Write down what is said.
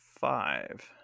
five